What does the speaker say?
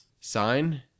sign